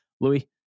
louis